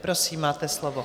Prosím, máte slovo.